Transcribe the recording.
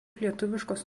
lietuviškos